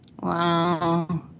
Wow